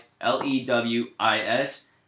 L-E-W-I-S